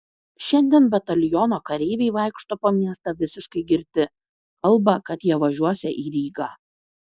šiandien bataliono kareiviai vaikšto po miestą visiškai girti kalba kad jie važiuosią į rygą